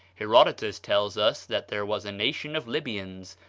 herodotus tells us that there was a nation of libyans,